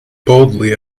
boldly